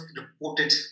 reported